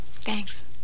Thanks